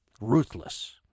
ruthless